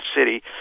city